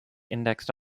indexed